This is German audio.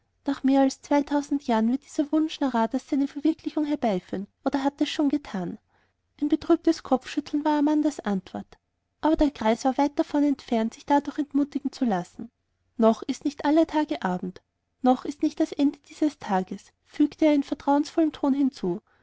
nach mehr als zweitausend jahren wird dieser wunsch naradas seine verwirklichung herbeiführen oder hat es schon getan ein betrübtes kopfschütteln war amandas antwort aber der greis war weit davon entfernt sich dadurch entmutigen zu lassen noch ist nicht aller tage abend noch ist nicht das ende dieses tages fügte er in vertrauensvollem ton hinzu